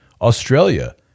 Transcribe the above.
Australia